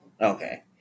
Okay